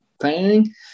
planning